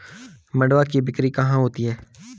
मंडुआ की बिक्री कहाँ होती है?